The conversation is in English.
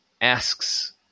asks